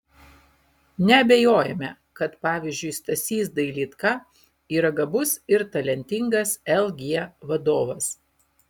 neabejojame kad pavyzdžiui stasys dailydka yra gabus ir talentingas lg vadovas